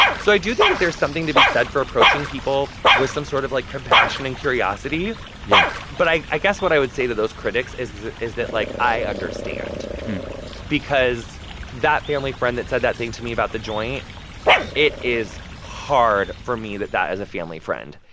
so i do think that there's something to be said for approaching people with some sort of, like, compassion and curiosity yeah but i i guess what i would say to those critics is is that, like, i understand because that family friend that said that thing to me about the joint it is hard for me that that is a family friend.